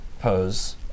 pose